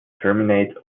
terminate